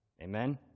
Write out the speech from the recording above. Amen